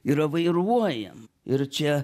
yra vairuojam ir čia